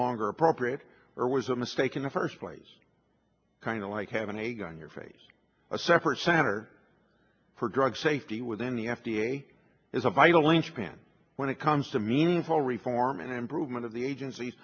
longer appropriate or was a mistake in the first place kind of like having a gun your face a separate senator for drug safety within the f d a is a vital in japan when it comes to meaningful reform and improvement of the agency